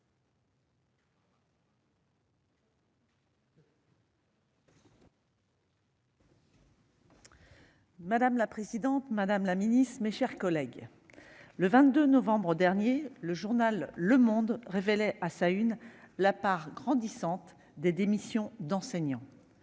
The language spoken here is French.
Madame la présidente, madame la secrétaire d'État, mes chers collègues, le 22 novembre dernier, le journal révélait, à sa une, le nombre grandissant des démissions d'enseignants.